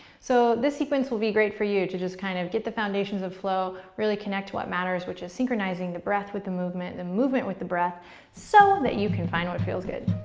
so this sequence will be great for you to just kind of get the foundations of flow, really connect to what matters, which is synchronizing the breath with the movement and the movement with the breath so that you can find what feels good.